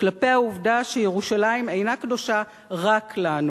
כלפי העובדה שירושלים אינה קדושה רק לנו.